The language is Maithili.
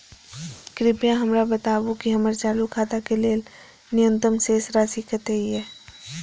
कृपया हमरा बताबू कि हमर चालू खाता के लेल न्यूनतम शेष राशि कतेक या